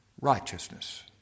righteousness